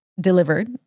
delivered